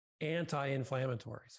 anti-inflammatories